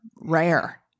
Rare